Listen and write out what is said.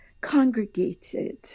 congregated